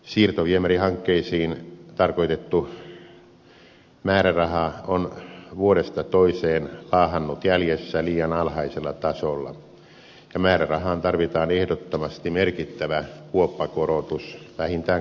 siirtoviemärihankkeisiin tarkoitettu määräraha on vuodesta toiseen laahannut jäljessä liian alhaisella tasolla ja määrärahaan tarvitaan ehdottomasti merkittävä kuoppakorotus vähintään kaksinkertaistaminen